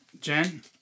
Jen